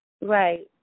Right